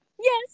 yes